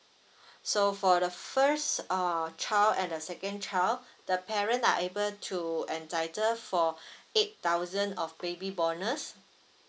so for the first uh child and the second child the parent are able to entitle for eight thousand of baby bonus